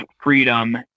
freedom